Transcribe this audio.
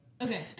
okay